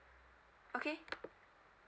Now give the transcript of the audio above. okay